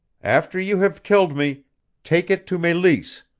after you have killed me take it to meleese.